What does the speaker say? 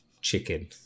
Chicken